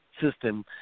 system